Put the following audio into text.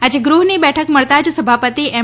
આજે ગૃહની બેઠક મળતાં જ સભાપતિ એમ